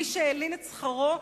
מי שהלין את שכרו,